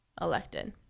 elected